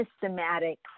systematic